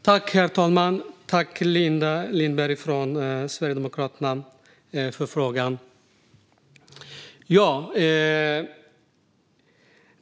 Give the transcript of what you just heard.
Herr talman! Jag tackar Linda Lindberg från Sverigedemokraterna för frågan.